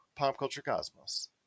PopCultureCosmos